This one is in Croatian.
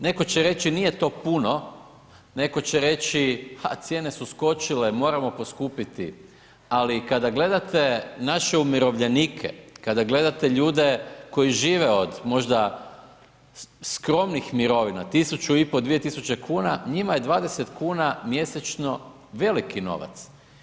Netko će reći, nije to puni, netko će reći, ha cijene su skočile, moramo poskupiti, ali kada gledate naše umirovljenike, kada gledate ljude koji žive od možda skromnih mirovina, tisuću i pol, 2 tisuće kuna, njima je 20 kuna mjesečno veliki novac.